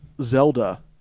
Zelda